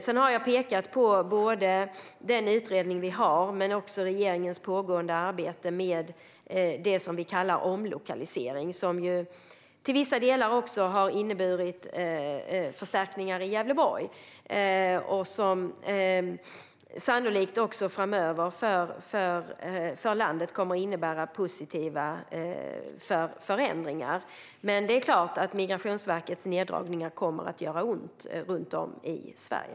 Jag har pekat både på den utredning vi har och på regeringens pågående arbete med det som vi kallar omlokalisering, som ju till vissa delar också har inneburit förstärkningar i Gävleborg. Det kommer sannolikt också framöver att innebära positiva förändringar för landet. Men det är klart att Migrationsverkets neddragningar kommer att göra ont runt om i Sverige.